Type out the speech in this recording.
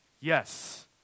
yes